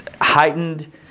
Heightened